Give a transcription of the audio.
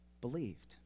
believed